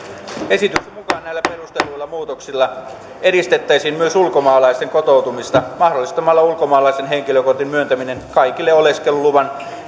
esityksen mukaan näillä perustelluilla muutoksilla edistettäisiin myös ulkomaalaisten kotoutumista mahdollistamalla ulkomaalaisen henkilökortin myöntäminen kaikille oleskeluluvan